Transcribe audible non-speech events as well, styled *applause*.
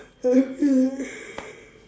*noise*